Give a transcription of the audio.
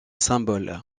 symbole